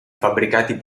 fabbricati